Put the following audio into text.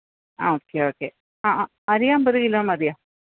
ആ okay okay ആ അരി അമ്പത് കിലൊ മതിയോ